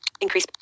Increase